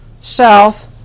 south